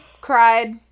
cried